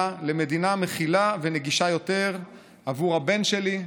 למדינה מכילה ונגישה יותר עבור הבן שלי,